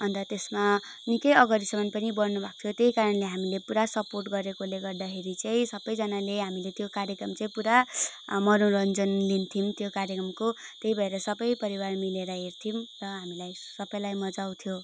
अन्त त्यसमा निकै अगाडिसम्म बढ्नु पनि भएको थियो त्यही कारणले हामीले पुरा सपोर्ट गरेकोले गर्दाखेरि चाहिँ सबैजनाले हामीले त्यो कार्यक्रम चाहिँ पुरा मनोरञ्जन लिन्थ्यौँ त्यो कार्यक्रमको त्यही भएर सबै परिवार मिलेर हेर्थ्यौँ र हामीलाई सबैलाई मजा आउँथ्यो